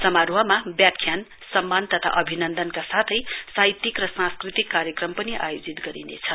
समारोहमा व्याख्यान सम्मान तथा अभिनन्दनका साथै साहित्यक र सांस्कृतिक कार्यक्रम पनि आयोजित गरिनेछ